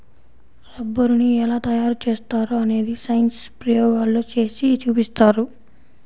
రబ్బరుని ఎలా తయారు చేస్తారో అనేది సైన్స్ ప్రయోగాల్లో చేసి చూపిస్తారు